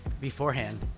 beforehand